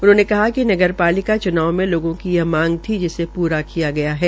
उन्होंने कहा कि नगरपालिका च्नाव में लोग यह मांग थी जिसे प्रा किया गया है